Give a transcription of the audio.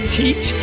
teach